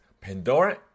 Pandora